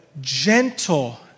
gentle